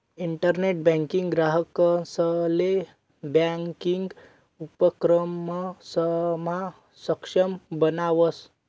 internet banking ग्राहकंसले banking उपक्रमसमा सक्षम बनावस